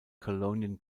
colonial